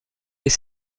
des